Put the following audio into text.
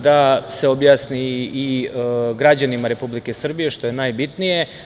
Da se objasni i građanima Republike Srbije, što je najbitnije.